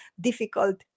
difficult